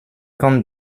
kann